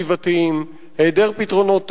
היעדר פתרונות סביבתיים,